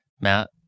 Matt